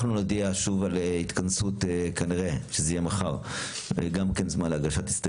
אנחנו נודיע שוב על התכנסות - כנראה שזה יהיה מחר - להשמעת הסתייגויות